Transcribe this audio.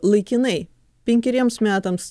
laikinai penkeriems metams